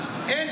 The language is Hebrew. תקנים.